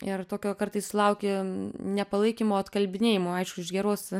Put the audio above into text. ir tokio kartais sulauki nepalaikymo atkalbinėjimų aišku iš geros